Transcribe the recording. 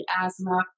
asthma